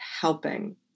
helping